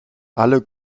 alle